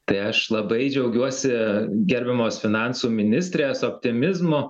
tai aš labai džiaugiuosi gerbiamos finansų ministrės optimizmu